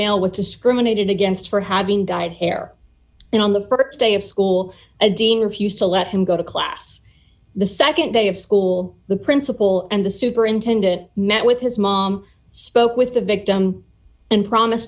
male was discriminated against for having dyed hair and on the st day of school a dean refused to let him go to class the nd day of school the principal and the superintendent met with his mom spoke with the victim and promise